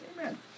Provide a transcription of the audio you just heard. amen